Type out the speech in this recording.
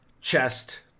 chest